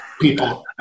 people